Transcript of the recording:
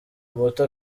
muto